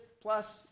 plus